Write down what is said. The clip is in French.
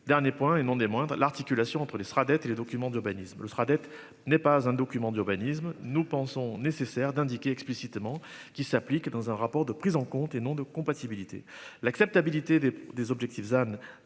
Dernier point et non des moindres, l'articulation entre les sera dettes et les documents d'urbanisme le. N'est pas un document d'urbanisme. Nous pensons nécessaire d'indiquer explicitement qui s'applique dans un rapport de prise en compte et non de compatibilité l'acceptabilité des des objectifs